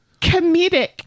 comedic